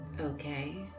okay